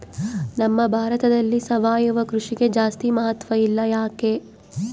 ನಮ್ಮ ಭಾರತದಲ್ಲಿ ಸಾವಯವ ಕೃಷಿಗೆ ಜಾಸ್ತಿ ಮಹತ್ವ ಇಲ್ಲ ಯಾಕೆ?